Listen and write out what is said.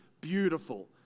beautiful